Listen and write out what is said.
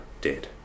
dead